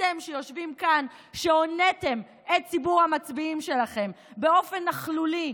אתם שיושבים כאן והוניתם את ציבור המצביעים שלכם באופן נכלולי,